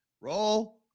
Roll